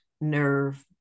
nerve